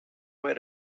way